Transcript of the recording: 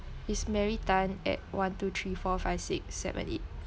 it's mary tan at one two three four five six seven eight